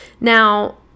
now